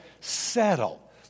settle